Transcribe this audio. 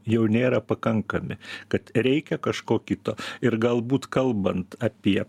jau nėra pakankami kad reikia kažko kito ir galbūt kalbant apie